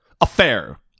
Affair